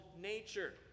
nature